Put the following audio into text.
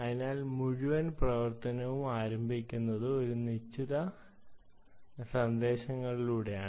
അതിനാൽ മുഴുവൻ പ്രവർത്തനവും ആരംഭിക്കുന്നത് ഒരു നിശ്ചിത സന്ദേശങ്ങളിലൂടെയാണ്